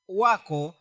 wako